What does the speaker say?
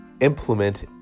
implement